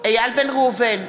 איל בן ראובן,